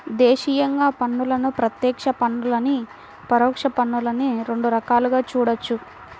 దేశీయంగా పన్నులను ప్రత్యక్ష పన్నులనీ, పరోక్ష పన్నులనీ రెండు రకాలుగా చూడొచ్చు